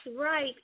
right